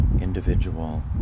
individual